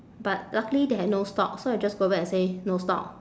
but luckily they had no stock so I just go back and say no stock